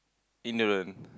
ignorant